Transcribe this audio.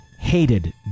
hated